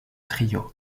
trio